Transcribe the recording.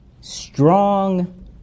strong